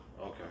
Okay